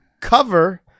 cover